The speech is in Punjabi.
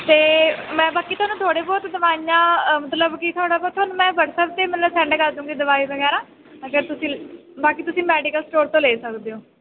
ਅਤੇ ਮੈਂ ਬਾਕੀ ਤੁਹਾਨੂੰ ਥੋੜੇ ਬਹੁਤ ਦਵਾਈਆਂ ਮਤਲਬ ਕੀ ਥੋੜ੍ਹਾ ਬਹੁਤ ਤੁਹਾਨੂੰ ਮੈਂ ਵਟਸਐਪ 'ਤੇ ਮਤਲਬ ਮੈਂ ਸੈਂਡ ਏ ਕਰ ਦੂਂਗੀ ਦਵਾਈ ਵਗੈਰਾ ਅਗਰ ਤੁਸੀਂ ਬਾਕੀ ਤੁਸੀਂ ਮੈਡੀਕਲ ਸਟੋਰ ਤੋਂ ਲੈ ਸਕਦੇ ਹੋ